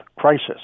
crisis